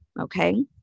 okay